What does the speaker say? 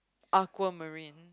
Aquamarine